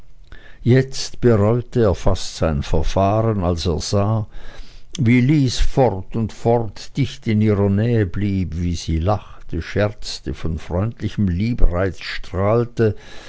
jetzt bereute er fast sein verfahren als er sah wie lys fort und fort dicht in ihrer nähe blieb wie sie lachte scherzte von freundlichem liebreize strahlte